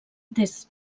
des